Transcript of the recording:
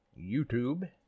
YouTube